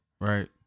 Right